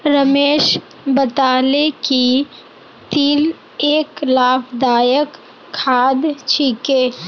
रमेश बताले कि तिल एक लाभदायक खाद्य छिके